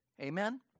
Amen